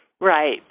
Right